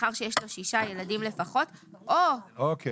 מאחר שיש לו שישה ילדים לפחות או חמישה